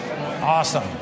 Awesome